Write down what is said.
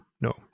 no